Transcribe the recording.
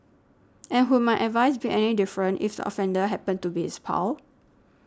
and would my advice be any different if the offender happened to be his pal